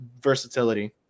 versatility